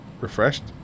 refreshed